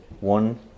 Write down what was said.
One